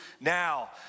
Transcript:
now